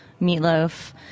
meatloaf